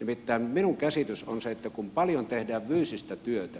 nimittäin minun käsitykseni on se että kun paljon tehdään fyysistä työtä